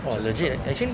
orh legit eh actually